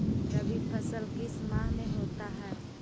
रवि फसल किस माह में होता है?